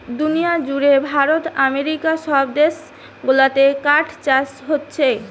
দুনিয়া জুড়ে ভারত আমেরিকা সব দেশ গুলাতে কাঠ চাষ হোচ্ছে